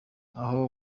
n’aho